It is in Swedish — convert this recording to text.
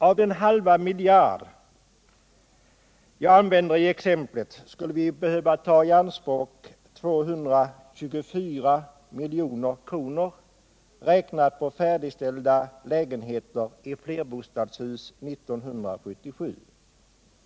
Av den halva miljard jag använde i exemplet skulle vi behöva ta i anspråk 224 milj.kr., räknat på färdigställda lägenheter i flerbostadshus 1977.